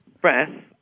breath